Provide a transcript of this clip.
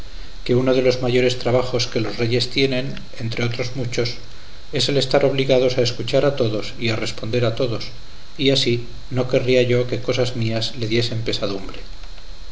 que uno de los mayores trabajos que los reyes tienen entre otros muchos es el estar obligados a escuchar a todos y a responder a todos y así no querría yo que cosas mías le diesen pesadumbre